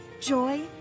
joy